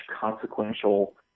consequential